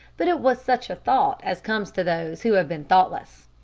but it was such a thought as comes to those who have been thoughtless.